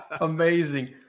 Amazing